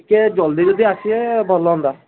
ଟିକିଏ ଜଲ୍ଦି ଯଦି ଆସିବେ ଭଲ ହୁଅନ୍ତା